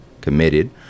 committed